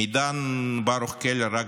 מידן ברוך קלר,